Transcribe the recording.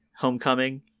homecoming